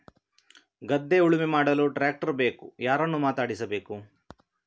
ಗದ್ಧೆ ಉಳುಮೆ ಮಾಡಲು ಟ್ರ್ಯಾಕ್ಟರ್ ಬೇಕು ಯಾರನ್ನು ಮಾತಾಡಿಸಬೇಕು?